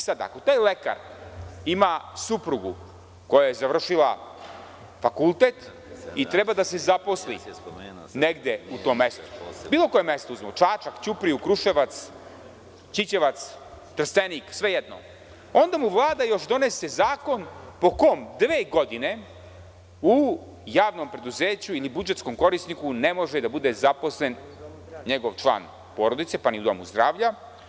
Sad, ako taj lekar ima suprugu koja je završila fakultet i treba da se zaposli negde u tom mestu, bilo kojem mestu, Čačak, Ćuprija, Kruševac, Ćićevac, Trstenik, sve jedno, onda mu Vlada još donese zakon po kom dve godine u javnom preduzeću ili budžetskom korisniku ne može da bude zaposlen njegov član porodice, pa ni u domu zdravlja.